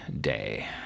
day